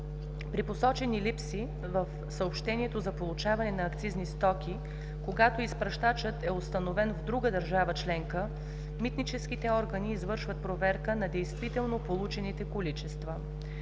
При посочени липси в съобщението за получаване на акцизни стоки, когато изпращачът е установен в друга държава членка, митническите органи извършват проверка на действително получените количества.